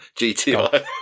gti